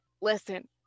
listen